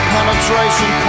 Penetration